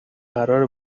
قراره